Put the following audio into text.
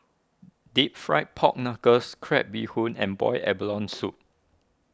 Deep Fried Pork Knuckles Crab Bee Hoon and Boiled Abalone Soup